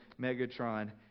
megatron